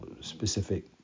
specific